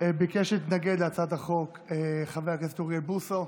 ביקש להתנגד להצעת החוק חבר הכנסת אוריאל בוסו.